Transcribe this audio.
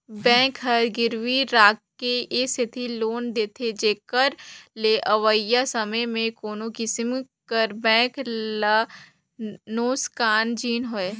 bank हर गिरवी राखके ए सेती लोन देथे जेकर ले अवइया समे में कोनो किसिम कर बेंक ल नोसकान झिन होए